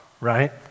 right